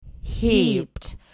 heaped